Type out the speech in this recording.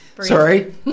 sorry